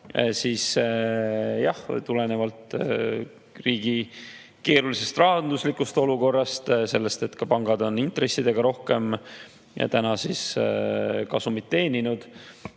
Jah, tulenevalt riigi keerulisest rahanduslikust olukorrast ja sellest, et pangad on intressidega rohkem kasumit teeninud,